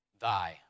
Thy